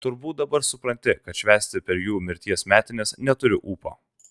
turbūt dabar supranti kad švęsti per jų mirties metines neturiu ūpo